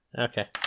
Okay